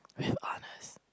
with honors